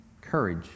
courage